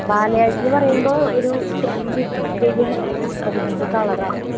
ബാലയജെന്ന് പറയുമ്പോൾ ഒരു seventy percentage ഹെയറും അതിനകത്ത് കളറാകും